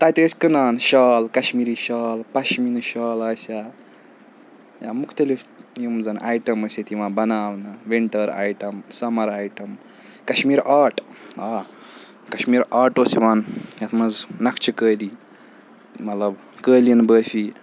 تَتہِ ٲسۍ کٕنان شال کَشمیٖری شال پَشمیٖنہٕ شال آسہِ ہا یا مُختلِف یِم زَن آیٹَم ٲسۍ ییٚتہِ یِوان بَناونہٕ winter item summer item Kashmir art آ کَشمیٖر آٹ اوس یِوان یَتھ منٛز نَقشہِ قٲلی مَطلَب قٲلیٖن بٲفی